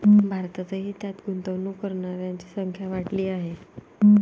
भारतातही त्यात गुंतवणूक करणाऱ्यांची संख्या वाढली आहे